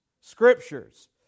Scriptures